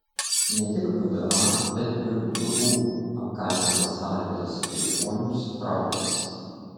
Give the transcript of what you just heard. ne tik vda bet ir vu apkaltintas arvydas liepuonius traukiasi